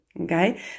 Okay